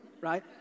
right